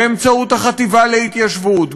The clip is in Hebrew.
באמצעות החטיבה להתיישבות,